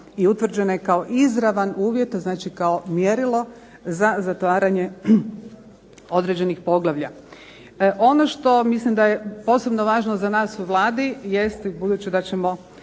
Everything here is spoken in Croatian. i utvrđene kao izravan uvjet, znači kao mjerilo za zatvaranje određenih poglavlja. Ono što mislim da je posebno važno za nas u Vladi jest, i budući da ćemo